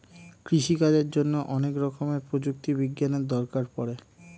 কৃষিকাজের জন্যে অনেক রকমের প্রযুক্তি বিজ্ঞানের দরকার পড়ে